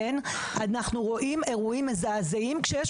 אנחנו רואים אירועים מזעזעים כשיש